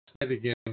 again